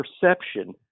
perception